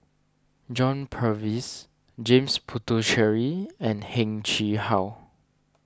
John Purvis James Puthucheary and Heng Chee How